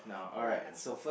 right now